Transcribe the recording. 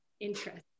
interest